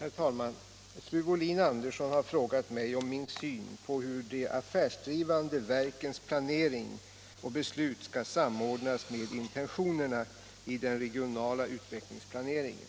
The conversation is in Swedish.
Herr talman! Fru Wohlin-Andersson har frågat mig om min syn på hur de affärsdrivande verkens planering och beslut skall samordnas med intentionerna i den regionala utvecklingsplaneringen.